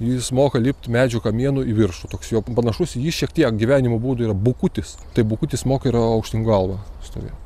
jis moka lipt medžio kamienu į viršų toks jo panašus į jį šiek tiek gyvenimo būdu yra bukutis taip bukutis moka ir aukštyn galvą stovėt